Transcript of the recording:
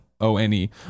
O-N-E